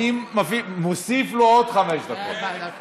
אני מוסיף לו עוד חמש דקות.